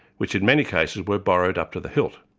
which in many cases were borrowed up to the hilt.